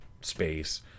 space